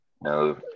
no